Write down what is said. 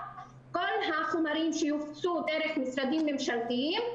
כל החומרים שיופצו דרך משרדים ממשלתיים,